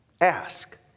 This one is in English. Ask